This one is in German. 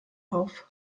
auf